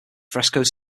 frescoes